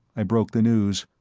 i broke the news,